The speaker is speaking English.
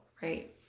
right